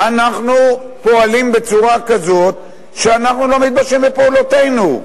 אנחנו פועלים בצורה כזאת שאנחנו לא מתביישים בפעולותינו.